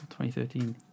2013